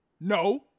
No